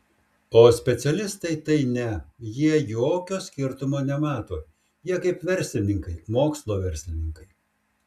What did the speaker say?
o specialistai tai ne jie jokio skirtumo nemato jie kaip verslininkai mokslo verslininkai